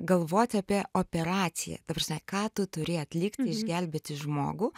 galvoti apie operaciją ta prasme ką tu turi atlikt išgelbėti žmogų